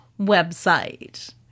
website